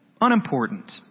unimportant